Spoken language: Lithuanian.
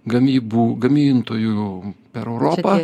gamybų gamintojų per europą